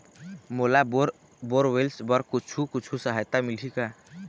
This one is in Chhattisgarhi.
मोला बोर बोरवेल्स बर कुछू कछु सहायता मिलही का?